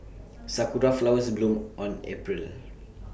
Sakura Flowers bloom on April